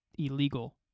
illegal